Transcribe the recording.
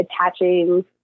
attaching